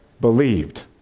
believed